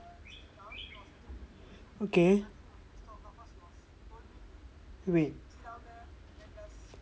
okay wait